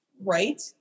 Right